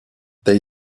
they